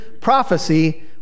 prophecy